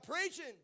preaching